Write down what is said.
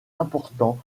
important